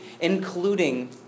including